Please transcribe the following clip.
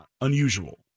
unusual